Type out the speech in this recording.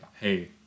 hey